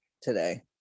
today